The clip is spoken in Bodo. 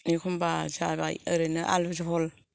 एखम्बा जाबाय ओरैनो आलु जहल